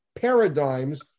paradigms